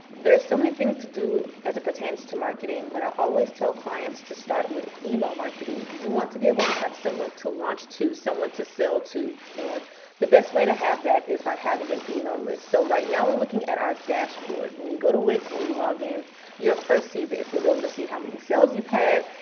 there are so many things to do as it pertains to marketing. but i always tell clients to start with email marketing, you want to be able to have someone to launch to, someone to sell to, and the best way to have that is by having an email list. so right now we're looking at our dashboard. when you go to wix and you log in you'll first see this, you'll be able to see how many sales you've had,